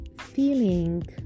feeling